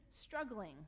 struggling